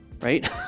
right